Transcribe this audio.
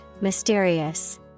mysterious